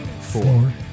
four